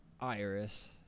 iris